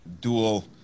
dual